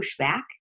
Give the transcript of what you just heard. pushback